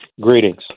greetings